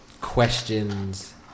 questions